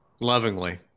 lovingly